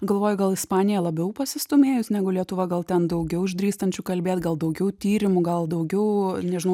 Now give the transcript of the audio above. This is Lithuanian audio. galvoju gal ispanija labiau pasistūmėjus negu lietuva gal ten daugiau išdrįstančių kalbėt gal daugiau tyrimų gal daugiau nežinau